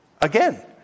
again